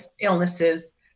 illnesses